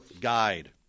guide